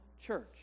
church